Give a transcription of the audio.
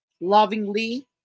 lovingly